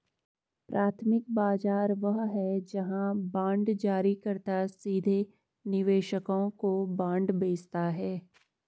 प्राथमिक बाजार वह है जहां बांड जारीकर्ता सीधे निवेशकों को बांड बेचता है